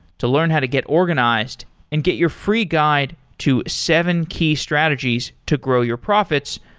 to learn how to get organized and get your free guide to seven key strategies to grow your profits,